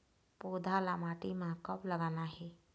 पौधा ला माटी म कब लगाना हे?